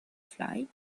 flight